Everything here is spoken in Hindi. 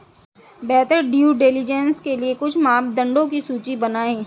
बेहतर ड्यू डिलिजेंस के लिए कुछ मापदंडों की सूची बनाएं?